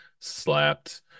slapped